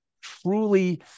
truly